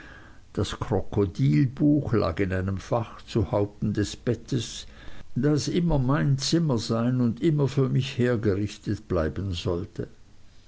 das krokodilbuch lag in einem fach zuhäupten des bettes das immer mein zimmer sein und immer für mich hergerichtet bleiben sollte